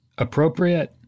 Appropriate